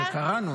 וקראנו,